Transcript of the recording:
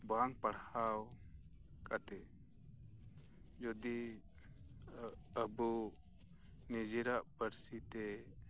ᱵᱟᱝ ᱯᱟᱲᱦᱟᱣ ᱠᱟᱛᱮ ᱡᱩᱫᱤ ᱟᱵᱚ ᱱᱚᱡᱮᱨᱟᱜ ᱯᱟᱹᱨᱥᱤ ᱛᱮ